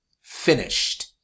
finished